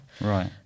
Right